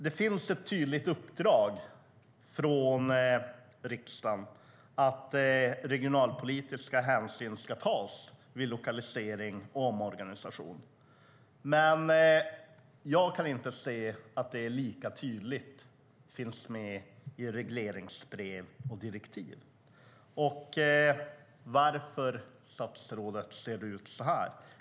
Det finns ett tydligt uppdrag från riksdagen att regionalpolitiska hänsyn ska tas vid lokalisering och omorganisation. Men jag kan inte se att det lika tydligt finns med i regleringsbrev och direktiv. Varför, statsrådet, ser det ut så här?